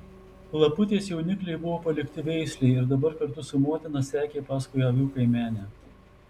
laputės jaunikliai buvo palikti veislei ir dabar kartu su motina sekė paskui avių kaimenę